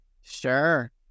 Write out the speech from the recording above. Sure